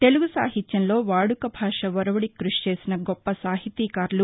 తెలుగు సాహిత్యంలో వాడుక భాష ఒరవడికి క్బషి చేసిన గొప్పసాహితీకారులు